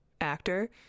actor